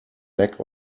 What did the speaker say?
lack